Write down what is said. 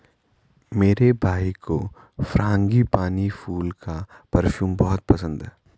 मेरे भाई को फ्रांगीपानी फूल का परफ्यूम बहुत पसंद है